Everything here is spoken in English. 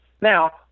Now